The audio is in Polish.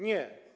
Nie.